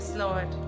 Lord